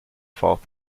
fort